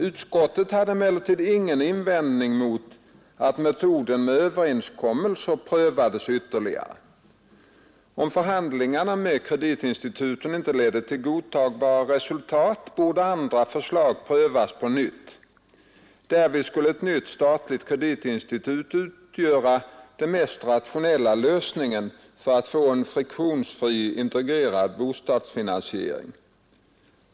Utskottet hade emellertid ingen invändning mot att metoden med överenskommelser prövades ytterligare. Om förhandlingarna med kreditinstituten inte ledde till godtagbara resultat, borde andra förslag prövas på nytt. Härvid skulle ett nytt statligt kreditinstitut utgöra den mest rationella lösningen för att få en friktionsfri integrerad bostadsfinansiering.